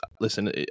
listen